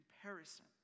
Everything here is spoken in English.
comparison